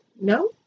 No